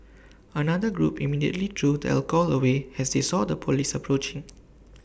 another group immediately threw the alcohol away as they saw the Police approaching